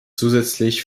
zusätzlich